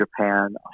Japan